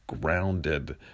grounded